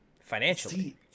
financially